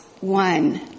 one